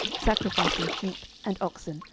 sacrificing sheep and oxen,